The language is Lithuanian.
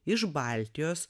iš baltijos